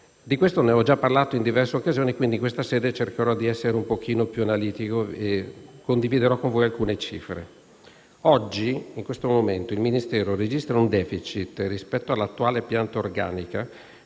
Di questo ho già parlato in diverse occasioni, per cui in questa sede cercherò di essere un po' più analitico, condividendo con voi alcune cifre. In questo momento il Ministero registra un *deficit*, rispetto all'attuale pianta organica